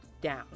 down